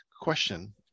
question